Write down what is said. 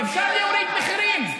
אפשר להוריד מחירים.